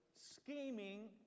scheming